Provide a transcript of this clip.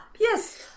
yes